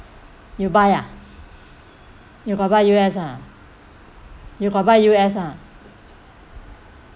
you buy ah you got buy U_S ah you got buy U_S ah